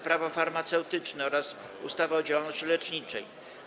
Prawo farmaceutyczne oraz ustawy o działalności leczniczej.